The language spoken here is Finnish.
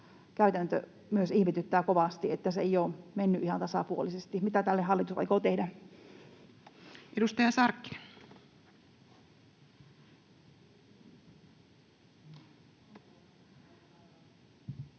rokotuskäytäntö ihmetyttää kovasti, kun se ei ole mennyt ihan tasapuolisesti. Mitä hallitus aikoo tälle tehdä? Edustaja Sarkkinen. —